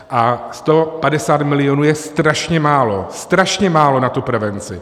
A 150 milionů je strašně málo, strašně málo na tu prevenci.